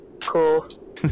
Cool